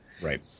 right